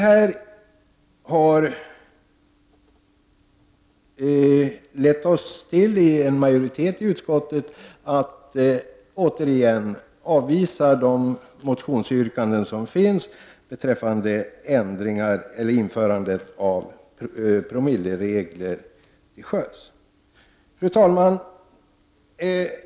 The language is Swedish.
Detta har lett en majoritet i utskottet till att återigen avvisa de motionsyrkanden som finns beträffande införandet av promilleregler till sjöss. Fru talman!